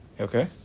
okay